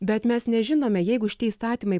bet mes nežinome jeigu šitie įstatymai